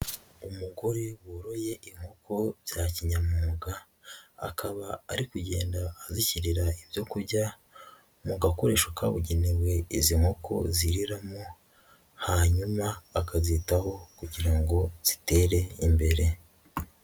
Umugore woroye inkoko bya kinyamwuga, akaba ari kugenda azishyirira ibyo kurya mu gakoresho kabugenewe izi nkoko ziriramo, hanyuma akazitaho kugira ngo zitere imbere.